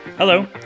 Hello